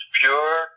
pure